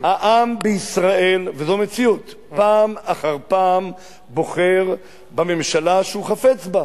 העם בישראל בוחר פעם אחר פעם בממשלה שהוא חפץ בה,